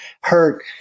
hurt